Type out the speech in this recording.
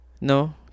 No